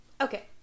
Okay